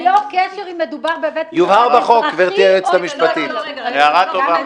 הערה טובה.